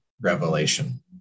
revelation